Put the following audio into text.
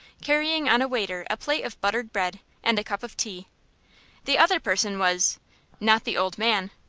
carrying on a waiter a plate of buttered bread, and a cup of tea the other person was not the old man,